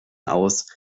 aus